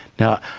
now,